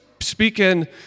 speaking